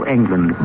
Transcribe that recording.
England